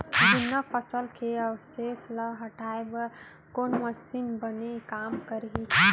जुन्ना फसल के अवशेष ला हटाए बर कोन मशीन बने काम करही?